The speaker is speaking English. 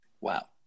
Wow